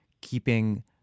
keeping